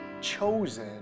chosen